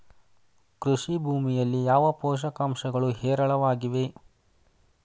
ಕೃಷಿ ಭೂಮಿಯಲ್ಲಿ ಯಾವ ಪೋಷಕಾಂಶಗಳು ಹೇರಳವಾಗಿವೆ?